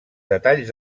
detalls